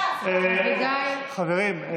חברים,